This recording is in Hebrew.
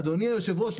אז אדוני היושב-ראש,